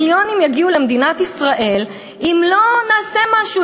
מיליונים יגיעו למדינת ישראל אם לא נעשה משהו,